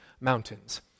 Mountains